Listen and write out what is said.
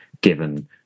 given